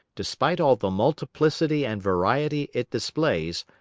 despite all the multiplicity and variety it displays,